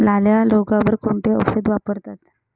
लाल्या रोगावर कोणते औषध वापरतात?